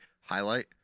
highlight